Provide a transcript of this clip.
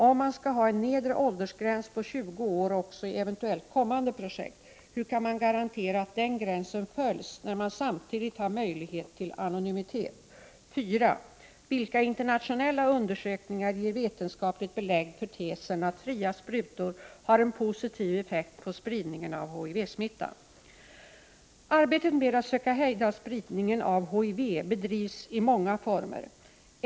Om man skall ha en nedre åldersgräns på 20 år också i eventuellt kommande projekt, hur kan man garantera att den gränsen följs när man samtidigt har möjlighet till anonymitet? 4. Vilka internationella undersökningar ger vetenskapligt belägg för tesen att fria sprutor har en positiv effekt på spridningen av HIV-smitta? Arbetet med att söka hejda spridningen av HIV bedrivs i många former.